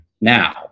now